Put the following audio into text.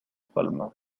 palma